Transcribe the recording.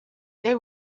they